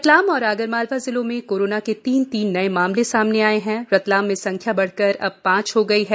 रतलाम और आगर मालवा जिलों में कोरोना के तीन तीन नए मामले सामने आये हैं रतलाम में संख्या बढ़कर अब पांच हो गयी है